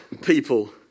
people